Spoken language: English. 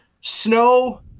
snow